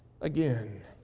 again